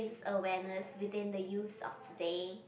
awareness between the youths of today